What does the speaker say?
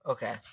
Okay